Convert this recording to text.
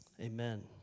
Amen